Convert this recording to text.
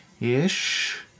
Ish